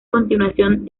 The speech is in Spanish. continuación